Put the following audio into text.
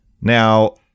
Now